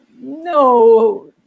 No